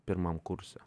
pirmam kurse